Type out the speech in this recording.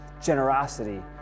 generosity